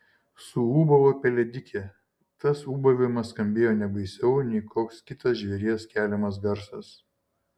suūbavo pelėdikė tas ūbavimas skambėjo ne baisiau nei koks kitas žvėries keliamas garsas